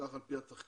כך על פי התחקיר,